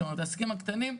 זאת אומרת העסקים הקטנים,